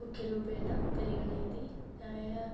मुख्यरूपेण परिगणयति न्याय